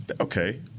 okay